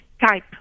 type